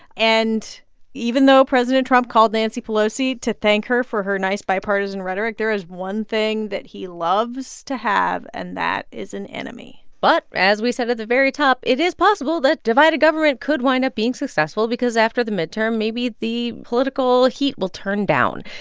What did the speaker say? and even though president trump called nancy pelosi to thank her for her nice bipartisan rhetoric, there is one thing that he loves to have, and that is an enemy but as we said at the very top, it is possible that divided government could wind up being successful because after the midterm, maybe the political heat will turn down.